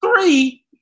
Three